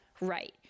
right